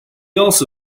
also